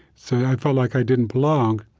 so i felt like i didn't belong,